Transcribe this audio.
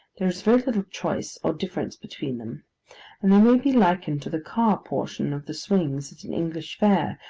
there is very little choice or difference between them and they may be likened to the car portion of the swings at an english fair,